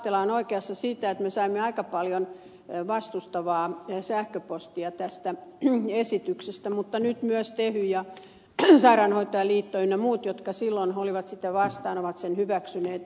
lahtela on oikeassa siinä että me saimme aika paljon vastustavaa sähköpostia tästä esityksestä mutta nyt myös tehy ja sairaanhoitajaliitto ynnä muut jotka silloin olivat sitä vastaan ovat sen hyväksyneet